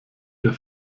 der